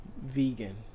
vegan